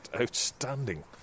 outstanding